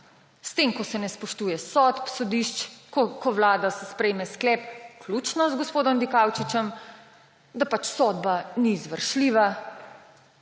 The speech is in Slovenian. s tem, ko se ne spoštuje sodb sodišč, ko Vlada sprejme sklep, vključno z gospodom Dikaučičem, da pač sodba ni izvršljiva,